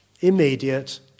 immediate